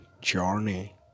journey